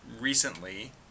recently